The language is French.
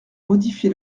modifié